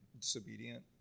disobedient